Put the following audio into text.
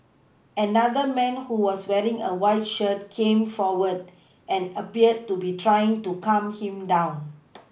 another man who was wearing a white shirt came forward and appeared to be trying to calm him down